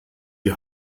die